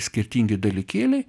skirtingi dalykėliai